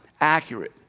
accurate